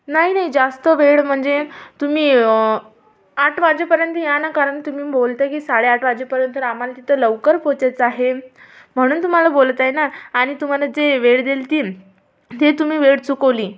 नाही नाही जास्त वेळ म्हणजे तुम्ही आठ वाजेपर्यंत या ना कारण तुम्ही बोलत आहे की साडेआठ वाजेपर्यंत आम्हाला तिथे लवकर पोचायचं आहे म्हणून तुम्हाला बोलत आहे ना आणि तुम्हाला जे वेळ दिलती ती तुम्ही वेळ चुकवली